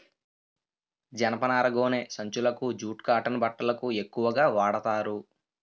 జనపనార గోనె సంచులకు జూట్ కాటన్ బట్టలకు ఎక్కువుగా వాడతారు